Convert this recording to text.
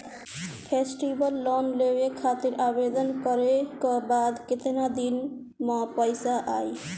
Festival loan लेवे खातिर आवेदन करे क बाद केतना दिन म पइसा आई?